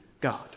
God